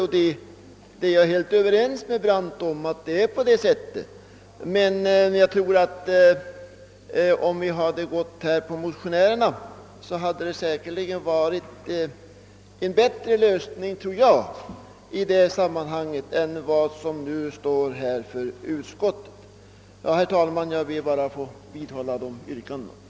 Jag är helt överens med herr Brandt om att det förhåller sig så, men jag tror att om man hade gått motionärerna till mötes, hade man åstadkommit en bättre lösning av dessa frågor än den utskottet står för. Herr talman! Jag ber att få vidhålla de yrkanden jag ställt.